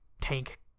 tank